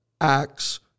acts